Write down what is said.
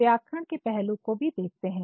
हम व्याकरण के पहलू को भी देखते हैं